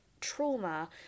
trauma